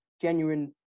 genuine